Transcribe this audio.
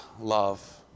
love